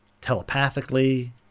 telepathically